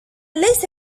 ليس